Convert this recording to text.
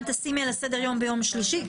תשימי גם אותו על סדר היום ביום שלישי.